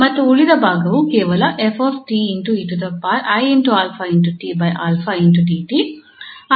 ಮತ್ತು ಉಳಿದ ಭಾಗವು ಕೇವಲ